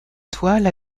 toile